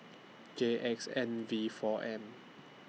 J X N V four M